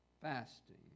fasting